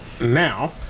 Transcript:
now